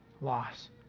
loss